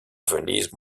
venise